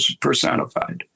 personified